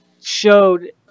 showed